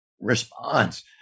response